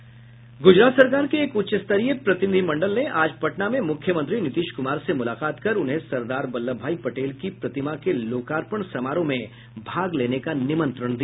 गुजरात सरकार के एक उच्चस्तरीय प्रतिनिधिमंडल ने आज पटना में मुख्यमंत्री नीतीश कुमार से मुलाकात कर उन्हें सरदार वल्लभ भाई पटेल की प्रतिमा के लोकार्पण समारोह में भाग लेने का निमंत्रण दिया